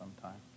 sometime